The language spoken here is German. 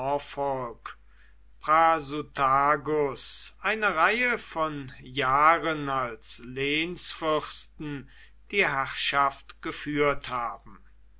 eine reihe von jahren als lehnsfürsten die herrschaft geführt haben